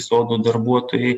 sodų darbuotojai